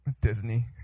Disney